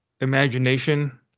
imagination